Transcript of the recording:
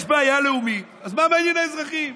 יש בעיה לאומית, אז מה מעניינים האזרחים?